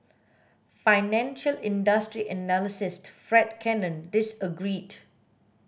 financial industry analyst Fred Cannon disagreed